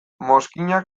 mozkinak